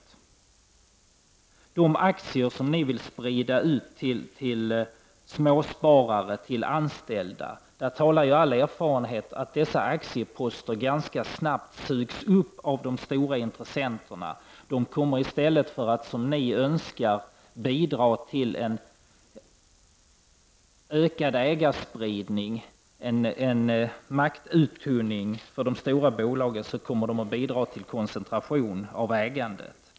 All erfarenhet säger att de aktieposter som ni vill sprida ut till småsparare och anställda ganska snabbt sugs upp av de stora intressenterna. I stället för en ökad ägarspridning och en maktuttunning för de stora bolagen blir det en koncentration av ägandet.